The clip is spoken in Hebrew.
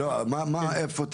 איפה?